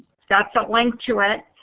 that's a link to it.